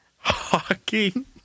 Hockey